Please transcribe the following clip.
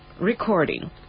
recording